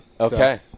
Okay